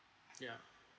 ya